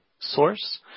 source